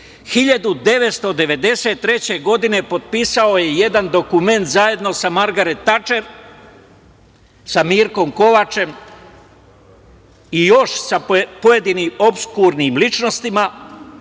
1993. potpisao je jedan dokument zajedno sa Margaret Tačer, sa Mirkom Kovačem i još sa pojedini opskurni ličnostima